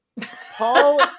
Paul